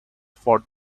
for